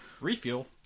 Refuel